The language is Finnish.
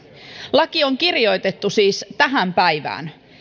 laki on kirjoitettu siis tähän päivään